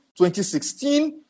2016